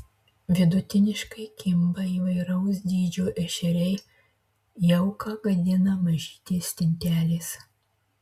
vidutiniškai kimba įvairaus dydžio ešeriai jauką gadina mažytės stintelės